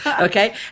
okay